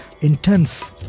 intense